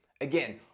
Again